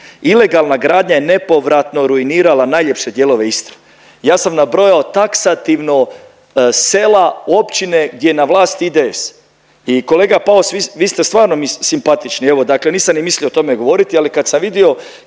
Ilegalna gradnja je nepovratno ruinirala najljepše dijelove Istre. Ja sam nabrojao taksativno sela, općine gdje je na vlasti IDS i kolega Paus vi ste, vi ste stvarno mi simpatični, evo dakle nisam ni mislio o tome govoriti, ali kad sam vidio